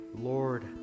Lord